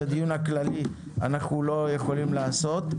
את הדיון הכללי אנחנו לא יכולים לעשות,